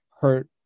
hurt